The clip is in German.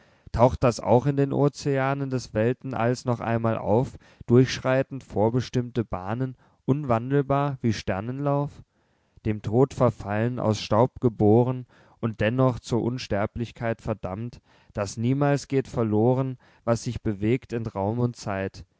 taucht das auch in den ozeanen des weltenalls noch einmal auf durchschreitend vorbestimmte bahnen unwandelbar wie sternenlauf dem tod verfalln aus staub geboren und dennoch zur unsterblichkeit verdammt daß niemals geht verloren was sich bewegt in raum und zeit